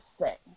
say